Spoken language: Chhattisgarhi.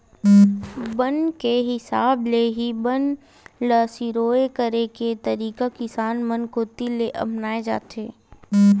बन के हिसाब ले ही बन ल सिरोय करे के तरीका किसान मन कोती ले अपनाए जाथे